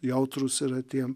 jautrūs yra tiem